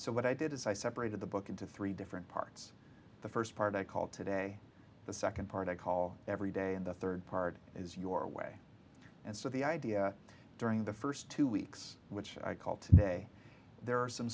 so what i did is i separated the book into three different parts the first part i called today the second part i call every day and the third part is your way and so the idea during the first two weeks which i call today there are some